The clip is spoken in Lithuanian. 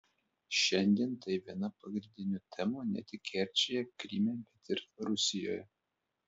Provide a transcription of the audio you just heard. šiandien tai viena pagrindinių temų ne tik kerčėje kryme bet ir rusijoje